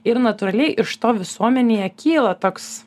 ir natūraliai iš to visuomenėje kyla toks